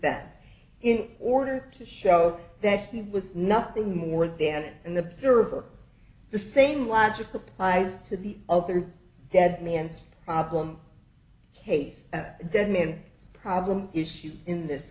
event in order to show that he was nothing more than an observer the same logic applies to the other dead man's problem case dead men problem issues in this